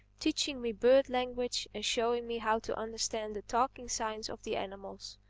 teaching me bird language and showing me how to understand the talking signs of the animals.